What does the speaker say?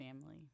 family